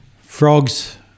Frogs